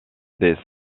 des